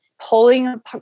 Pulling